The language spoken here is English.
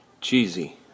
cheesy